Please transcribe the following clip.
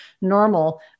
normal